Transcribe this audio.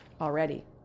already